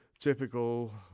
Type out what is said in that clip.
Typical